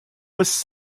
was